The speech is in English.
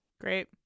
Great